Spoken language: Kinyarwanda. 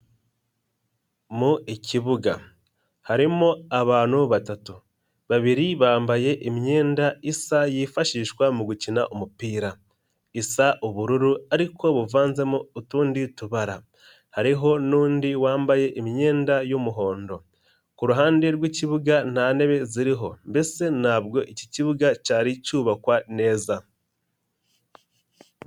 Mu ikibuga harimo abantu batatu babiri bambaye imyenda isa yifashishwa mu gukina umupira isa ubururu ariko buvanzemo utundi tubara hariho n'undi wambaye imyenda y'umuhondo ku ruhande rw'ikibuga nta ntebe ziriho mbese ntabwo iki kibuga cyari cyubakwa neza.